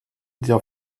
der